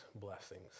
blessings